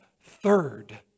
third